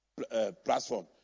platform